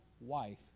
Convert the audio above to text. wife